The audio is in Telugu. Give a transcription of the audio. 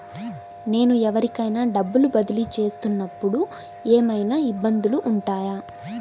నేను ఎవరికైనా డబ్బులు బదిలీ చేస్తునపుడు ఏమయినా ఇబ్బందులు వుంటాయా?